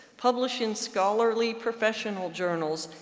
publishing scholarly professional journals,